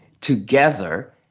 together